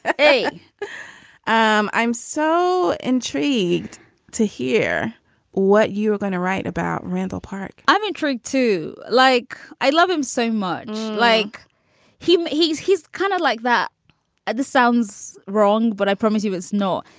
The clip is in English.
um i'm so intrigued to hear what you're going to write about rantel park i'm intrigued, too. like i love him so much. like him. he's he's kind of like that at the sounds wrong, but i promise you it's not.